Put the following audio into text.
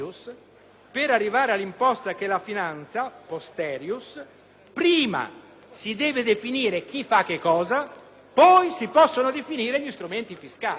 per arrivare all'imposta che la finanzia (*posterius*), prima si deve definire chi fa che cosa, poi si possono definire gli strumenti fiscali».